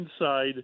inside